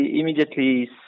immediately